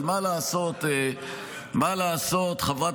אבל מה לעשות, חברת